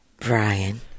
Brian